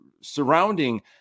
surrounding